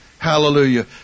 Hallelujah